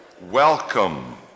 welcome